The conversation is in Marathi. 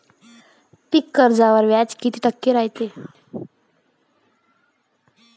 पीक कर्जावर व्याज किती टक्के रायते?